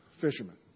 fishermen